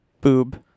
Boob